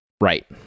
Right